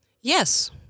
Yes